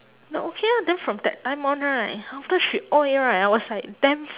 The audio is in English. then okay lah then from that time on right after she !oi! right I was like damn